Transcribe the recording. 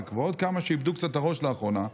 ועוד כמה שאיבדו קצת את הראש לאחרונה.